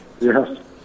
Yes